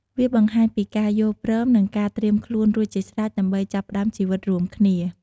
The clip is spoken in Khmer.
វាបង្ហាញពីការយល់ព្រម និងការត្រៀមខ្លួនរួចជាស្រេចដើម្បីចាប់ផ្តើមជីវិតរួមគ្នា។